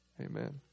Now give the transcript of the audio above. Amen